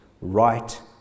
right